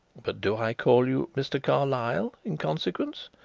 but do i call you mr. carlyle' in consequence?